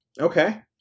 Okay